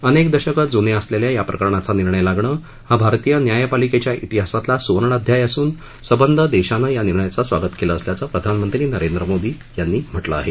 अनेक दशकं ज्न्या असलेल्या या प्रकरणाचा निर्णय लागणं हा भारतीय न्यायपालिकेच्या इतिहासातला सुवर्ण अध्याय असून संबंध देशानं या निर्णयाचं स्वागत केलं असल्याचं प्रधानमंत्री नरेंद्र मोदी यांनी म्हटलं आहे